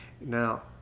Now